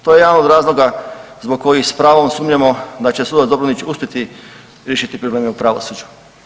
To je jedan od razloga zbog kojih s pravom sumnjamo da će sudac Dobronić uspjeti riješiti probleme u pravosuđu.